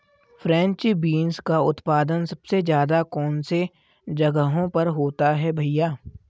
French beans का उत्पादन सबसे ज़्यादा कौन से जगहों पर होता है भैया?